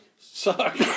suck